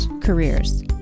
careers